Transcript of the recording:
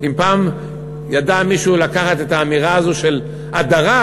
אם פעם ידע מישהו לקחת את האמירה הזאת של "הדרה"